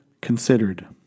considered